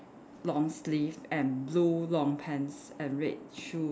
long sleeve and blue long pants and red shoe